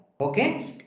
okay